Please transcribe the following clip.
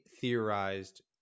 theorized